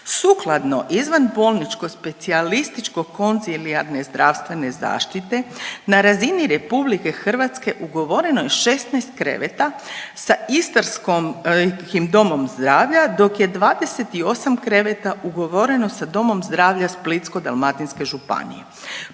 Sukladno izvanbolničkoj specijalističko-konzilijarne zdravstvene zaštite na razine RH ugovoreno je 16 kreveta sa Istarskim domom zdravlja dok je 28 kreveta ugovoreno sa Domom zdravlja Splitsko-dalmatinske županije.